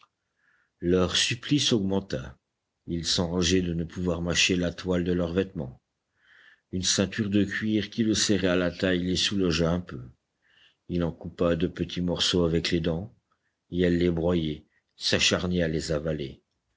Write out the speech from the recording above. leur supplice augmenta ils s'enrageaient de ne pouvoir mâcher la toile de leurs vêtements une ceinture de cuir qui le serrait à la taille les soulagea un peu il en coupa de petits morceaux avec les dents et elle les broyait s'acharnait à les avaler